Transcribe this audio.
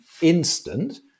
instant